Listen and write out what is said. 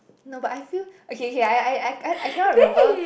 no but I feel okay okay I I I Ican't remember